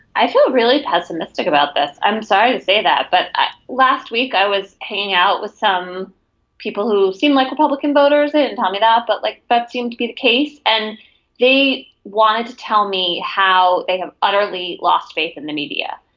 i feel really pessimistic about this. i'm sorry to say that but last week i was hanging out with some people who seemed like republican voters and told me that. but like that seemed to be the case and they wanted to tell me how they have utterly lost faith in the media.